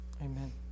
Amen